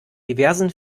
diversen